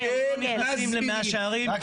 אתם מזמינים.